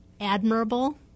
Admirable